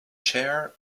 chair